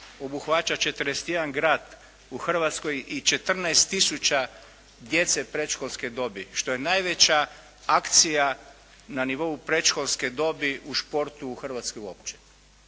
obuhvaća 41 grad u Hrvatskoj i 14000 djece predškolske dobi što je najveća akcija na nivou predškolske dobi u športu u Hrvatskoj uopće.